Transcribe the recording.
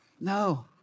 No